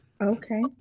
Okay